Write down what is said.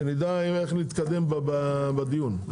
שנדע איך להתקדם בדיון,